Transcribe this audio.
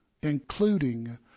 including